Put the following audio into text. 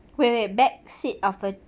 wait wait back seat of a